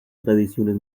tradiciones